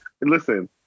Listen